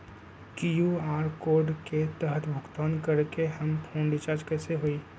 QR code के तहद भुगतान करके हम फोन रिचार्ज कैसे होई?